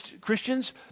Christians